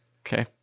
Okay